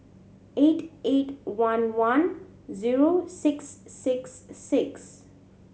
eight eight one one zero six six six